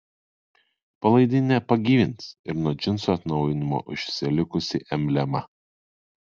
palaidinę pagyvins ir nuo džinsų atnaujinimo užsilikusi emblema